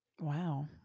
Wow